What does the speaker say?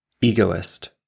Egoist